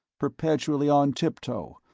perpetually on tiptoe,